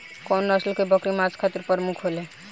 कउन नस्ल के बकरी मांस खातिर प्रमुख होले?